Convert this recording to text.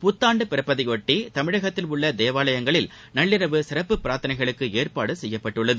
புத்தாண்டு பிறப்பதையொட்டி தமிழகத்தில் உள்ள தேவாலயங்களில் நள்ளிரவு சிறப்பு பிரார்த்தனைகளுக்கு ஏற்பாடு செய்யப்பட்டுள்ளது